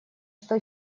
что